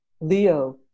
Leo